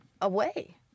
away